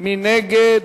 מי נגד?